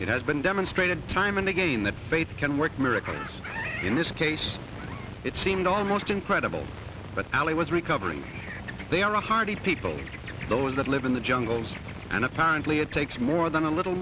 it has been demonstrated time and again that faith can work miracles in this case it seemed almost incredible but allie was recovering they are a hardy people those that live in the jungles and apparently it takes more than a little